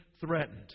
threatened